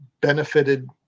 benefited